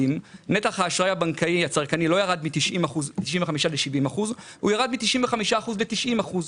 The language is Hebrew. כ-70% ומשהו בידי הבנקים.